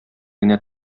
генә